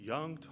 Young